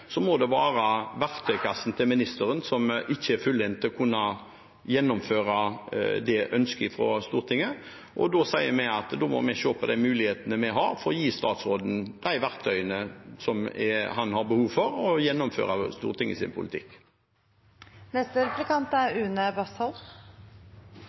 så tydelig flertallsforslag fra Stortinget, må det være verktøykassen til statsråden som ikke er fylt så han kan gjennomføre ønsket fra Stortinget. Da sier vi at vi må se på mulighetene vi har til å gi statsråden de verktøyene han har behov for for å gjennomføre